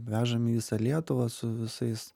vežam į visą lietuvą su visais